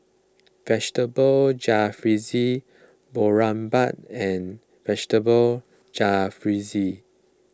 Vegetable Jalfrezi Boribap and Vegetable Jalfrezi